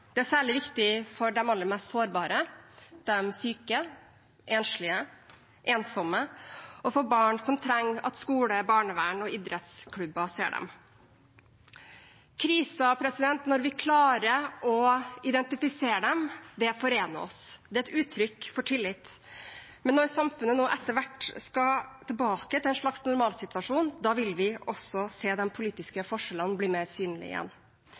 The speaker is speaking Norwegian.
Det er særlig viktig for de aller mest sårbare, de syke, enslige, ensomme, og for barn som trenger at skole, barnevern og idrettsklubber ser dem. Kriser, når vi klarer å identifisere dem, forener oss. Det er et uttrykk for tillit. Men når samfunnet nå etter hvert skal tilbake til en slags normalsituasjon, vil vi også se de politiske forskjellene bli mer synlige igjen.